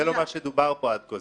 זה לא מה שדובר פה עד כה.